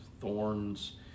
thorns